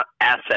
asset